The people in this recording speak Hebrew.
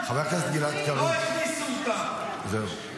לא הכניסו אותה.